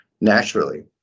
naturally